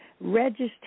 register